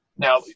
Now